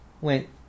went